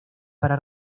para